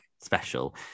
special